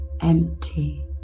Empty